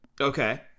Okay